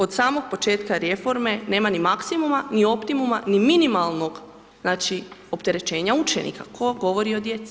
Od samog početka reforme nema ni maksimuma, ni optimuma, ni minimalnog, znači, opterećenja učenika, tko govori o djeci.